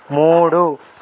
మూడు